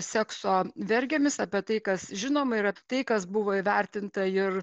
sekso vergėmis apie tai kas žinoma yra tai kas buvo įvertinta ir